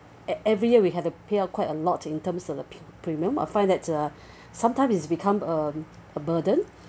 at every year we have to pay out quite a lot in terms of the pre~ premium or find that's uh sometimes is become a a burden